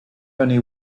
only